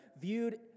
viewed